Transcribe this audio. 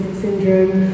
syndrome